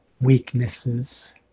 weaknesses